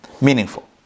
meaningful